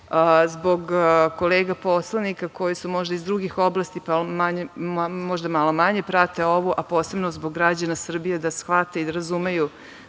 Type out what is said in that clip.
zbog kolega poslanika koji su možda iz drugih oblasti, pa možda malo manje prate ovu, a posebno zbog građana Srbije, da shvate i da razumeju